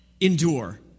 endure